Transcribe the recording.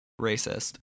Racist